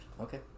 Okay